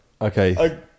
Okay